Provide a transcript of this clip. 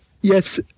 Yes